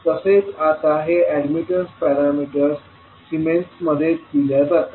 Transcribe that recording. तसेच आता हे अॅडमिटन्स पॅरामीटर्स सीमेन्समध्ये दिल्या जातात